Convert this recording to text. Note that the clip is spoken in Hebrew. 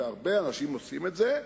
והרבה אנשים עושים את זה,